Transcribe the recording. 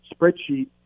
spreadsheet